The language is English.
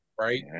Right